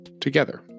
together